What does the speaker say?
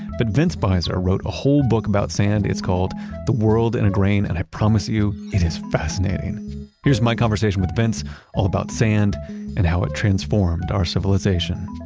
but vince beiser wrote a whole book about sand. it's called the world in a grain. and i promise you it is fascinating here's my conversation with vince all about sand and how it transformed our civilization